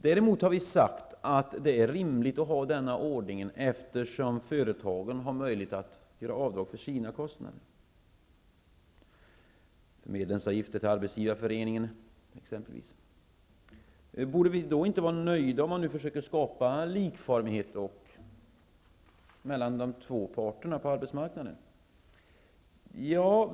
Däremot har vi sagt att det är rimligt att ha denna ordning eftersom företagen har möjlighet att göra avdrag för sina kostnader. Det kan t.ex. gälla medlemsavgifter till Arbetsgivareföreningen. Borde vi då inte vara nöjda när man försöker skapa likformighet mellan de två parterna på arbetsmarknaden?